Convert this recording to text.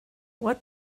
what